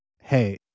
Hey